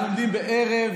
אנחנו עומדים בערב